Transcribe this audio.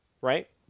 right